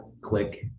click